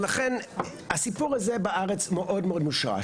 ולכן הסיפור הזה בארץ מאוד מאוד מושרש,